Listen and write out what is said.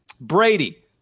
Brady